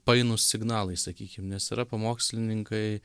painus signalai sakykim nes yra pamokslininkai